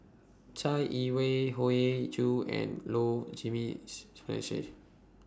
Chai Yee Wei Hoey Choo and Low Jimenez